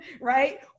right